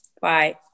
Bye